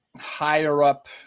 Higher-up